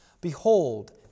Behold